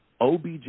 OBJ